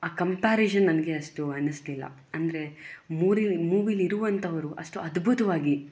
ಆ ಕಂಪೇರಿಷನ್ ನನಗೆ ಅಷ್ಟು ಅನ್ನಿಸಲಿಲ್ಲ ಅಂದರೆ ಮೂರಿ ಮೂವಿಲ್ಲಿರುವಂಥವರು ಅಷ್ಟು ಅದ್ಭುತವಾಗಿ